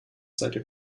seitdem